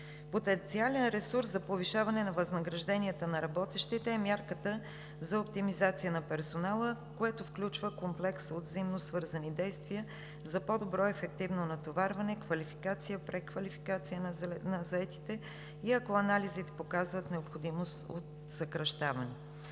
Потенциален ресурс за повишаване на възнагражденията на работещите е мярката за оптимизация на персонала, което включва комплекс от взаимосвързани действия за по-добро ефективно натоварване, квалификация, преквалификация на заетите, и ако анализите показват, необходимост от съкращаване.